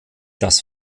das